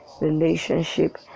relationship